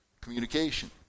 Communication